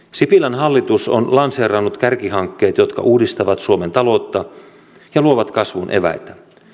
sipilän hallitus on lanseerannut kärkihankkeet jotka uudistavat suomen taloutta ja luovat kasvun eväitä